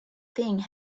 thing